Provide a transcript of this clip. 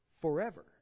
forever